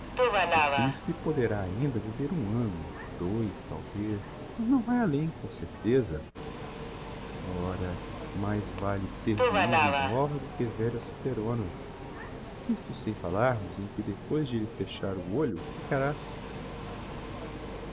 o principe poderá ainda viver um anno dois talvez mas não vae além com certeza ora mais vale ser viuva e nova do que velha solteirona isto sem falarmos em que depois de elle fechar o olho ficas